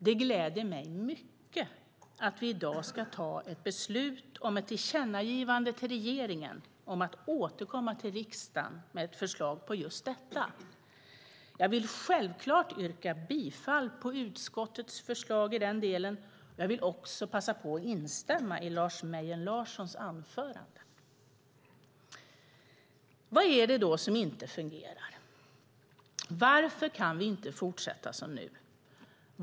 Det gläder mig mycket att vi i dag ska ta ett beslut om ett tillkännagivande till regeringen med begäran om att regeringen ska återkomma till riksdagen med förslag om just detta. Jag vill självklart yrka bifall till utskottets förslag i den delen. Jag vill också passa på att instämma i Lars Mejern Larssons anförande. Vad är det då som inte fungerar? Varför kan vi inte fortsätta som nu?